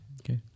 Okay